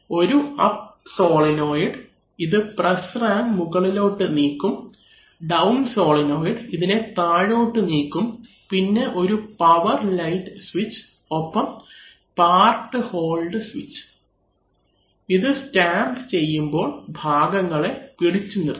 ഒരു up solenoid ഇത് press ram മുകളിലോട്ട് നീക്കും ഡൌൺ സോളിനോയ്ഡ് ഇതിനെ താഴോട്ടു നീക്കും പിന്നെ ഒരു പവർ ലൈറ്റ് സ്വിച്ച് ഒപ്പം പാർട്ട് ഹോൾഡ് സ്വിച്ച് ഇത് സ്റ്റാമ്പ് ചെയ്യുമ്പോൾ ഭാഗങ്ങളെ പിടിച്ചുനിർത്തും